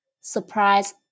surprise